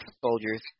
soldiers